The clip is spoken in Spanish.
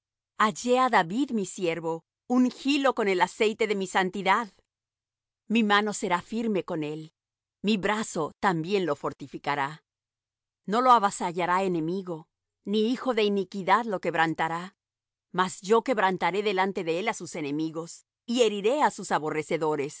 hallé á david mi siervo ungílo con el aceite de mi santidad mi mano será firme con él mi brazo también lo fortificará no lo avasallará enemigo ni hijo de iniquidad lo quebrantará mas yo quebrantaré delante de él á sus enemigos y heriré á sus aborrecedores y